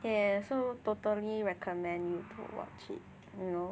yeah so totally recommend you to watch it you know